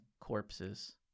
corpses